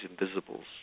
invisibles